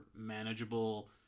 manageable